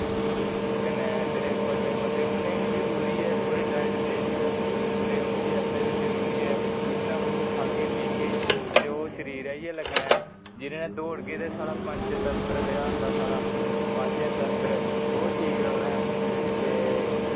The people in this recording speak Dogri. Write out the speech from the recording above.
कन्ने जेहडे पतले बंदे न उंहेगी बी जरुरी ऐ थोह्डी डाइट लेई दी होऐ ते उन्दे आस्ते बी जरुरी ऐ कुछ ना कुछ खाह्गे पिगे ते ओह् शरीरे गी गै लगना जेहदे कन्नै दोडगे ते साडा पंचतंत्र जेहडा होंदा साडा पाचनतंत्र ओह् ठीक रौंहना ऐ ते